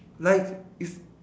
like it's